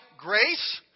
grace